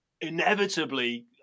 inevitably